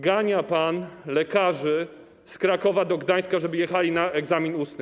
Gania pan lekarzy z Krakowa do Gdańska, żeby jechali na egzamin ustny.